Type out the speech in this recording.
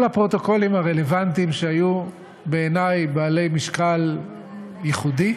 הפרוטוקולים הרלוונטיים שהיו בעיני בעלי משקל ייחודי,